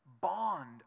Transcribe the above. bond